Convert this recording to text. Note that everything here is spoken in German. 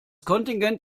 kontingent